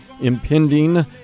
impending